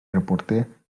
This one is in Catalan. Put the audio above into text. reporter